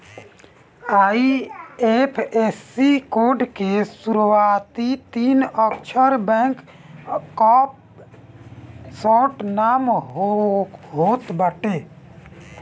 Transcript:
IFSC code के शुरूआती तीन अक्षर बैंक कअ शार्ट नाम होत बाटे